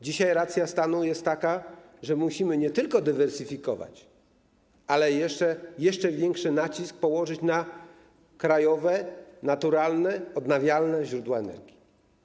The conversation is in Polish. Dzisiaj racja stanu jest taka, że musimy nie tylko dywersyfikować, ale jeszcze większy nacisk położyć na krajowe, naturalne, odnawialne źródła energii.